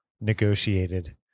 negotiated